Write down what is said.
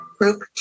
group